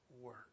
work